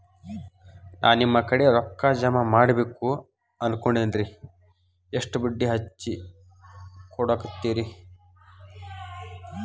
ನಾ ನಿಮ್ಮ ಕಡೆ ರೊಕ್ಕ ಜಮಾ ಮಾಡಬೇಕು ಅನ್ಕೊಂಡೆನ್ರಿ, ಎಷ್ಟು ಬಡ್ಡಿ ಹಚ್ಚಿಕೊಡುತ್ತೇರಿ?